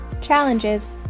challenges